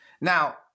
Now